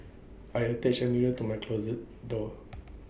I attached A mirror to my closet door